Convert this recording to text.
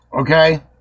Okay